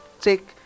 Take